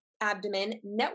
abdomen